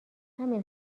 همین